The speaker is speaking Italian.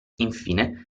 infine